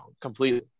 completely